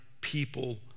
people